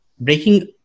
breaking